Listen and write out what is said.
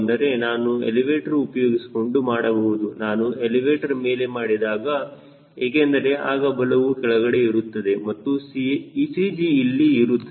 ಅದನ್ನು ನಾನು ಎಲಿವೇಟರ್ ಉಪಯೋಗಿಸಿಕೊಂಡು ಮಾಡಬಹುದು ನಾನು ಎಲಿವೇಟರ್ ಮೇಲೆ ಮಾಡಿದಾಗ ಏಕೆಂದರೆ ಆಗ ಬಲವು ಕೆಳಗಡೆ ಇರುತ್ತದೆ ಮತ್ತು CG ಇಲ್ಲಿ ಇರುತ್ತದೆ